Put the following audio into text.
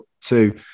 two